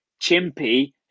Chimpy